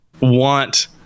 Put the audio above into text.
want